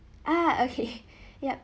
ah okay yup